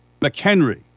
McHenry